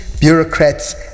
bureaucrats